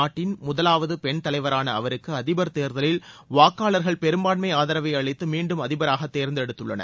நாட்டின் முதலாவது பெண் தலைவரான அவருக்கு அதிபர் தேர்தலில் வாக்காளர்கள் பெரும்பான்மை ஆதரவை அளித்து மீண்டும் அதிபராக தேர்ந்தெடுத்துள்ளனர்